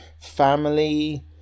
family